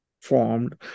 formed